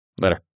Later